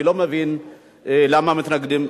אני לא מבין למה מתנגדים.